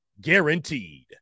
guaranteed